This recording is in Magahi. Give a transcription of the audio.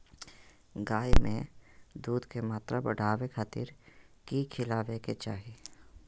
गाय में दूध के मात्रा बढ़ावे खातिर कि खिलावे के चाही?